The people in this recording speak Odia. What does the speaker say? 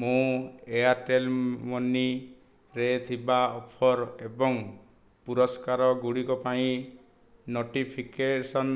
ମୁଁ ଏୟାର୍ଟେଲ୍ ମନିରେ ଥିବା ଅଫର୍ ଏବଂ ପୁରସ୍କାର ଗୁଡ଼ିକ ପାଇଁ ନୋଟିଫିକେସନ୍